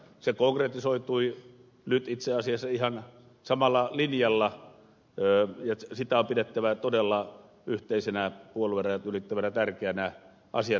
se konkretisoitui nyt itse asiassa ihan samalla linjalla ja sitä on pidettävä todella yhteisenä puoluerajat ylittävänä tärkeänä asiana